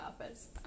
office